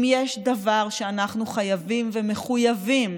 אם יש דבר שאנחנו חייבים, ומחויבים,